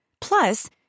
Plus